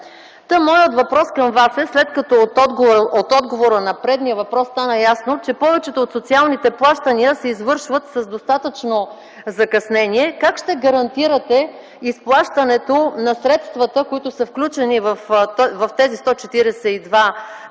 Моят въпрос към Вас е: след като от отговора на предишния въпрос стана ясно, че повечето от социалните плащания се извършват с достатъчно закъснение, как ще гарантирате изплащането на средствата, включени в тези 142 млн.